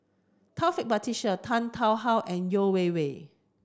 Taufik Batisah Tan Tarn How and Yeo Wei Wei